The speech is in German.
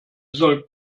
soll